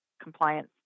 Compliance